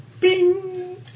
Bing